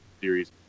series